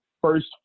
first